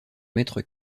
maître